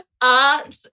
art